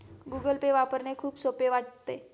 Google Pay वापरणे खूप सोपे वाटते